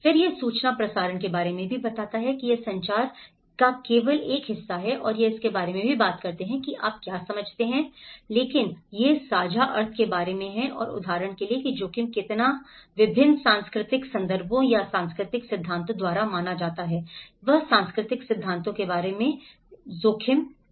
फिर यह सूचना प्रसारण के बारे में भी है यह संचार का केवल एक हिस्सा है और यह इसके बारे में भी बात करता है कि आप क्या समझते हैं आप क्या समझते हैं लेकिन यह साझा अर्थ के बारे में है और उदाहरण के लिए कि जोखिम कितना है विभिन्न सांस्कृतिक संदर्भों या सांस्कृतिक सिद्धांतों द्वारा माना जाता है वह सांस्कृतिक सिद्धांत के बारे में लाया जोखिम का